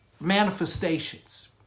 manifestations